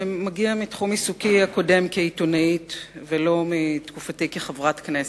שמגיע מתחום עיסוקי הקודם כעיתונאית ולא מתקופתי כחברת כנסת.